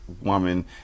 woman